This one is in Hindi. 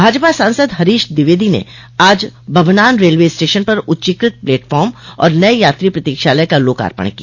भाजपा सांसद हरीश द्विवेदी ने आज बभनान रेलवे स्टेशन पर उच्चीकृत प्लेटफार्म और नये यात्री प्रतीक्षालय का लोकार्पण किया